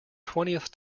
twentieth